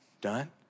done